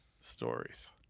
stories